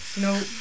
No